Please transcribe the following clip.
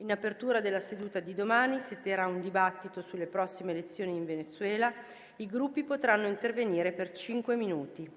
In apertura della seduta di domani si terrà un dibattito sulle prossime elezioni in Venezuela, i Gruppi potranno intervenire per cinque minuti.